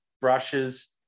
brushes